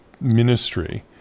ministry